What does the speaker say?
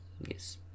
Yes